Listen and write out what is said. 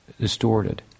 distorted